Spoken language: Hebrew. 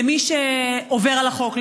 למי שעובר על החוק,